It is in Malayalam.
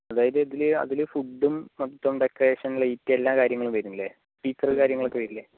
അതായത് ഇതില് അതില് ഫുഡും മൊത്തം ഡെക്കറേഷൻ ലൈറ്റ് എല്ലാ കാര്യങ്ങളും വരുമല്ലേ സ്പീക്കർ കാര്യങ്ങൾ ഒക്കെ വരില്ലേ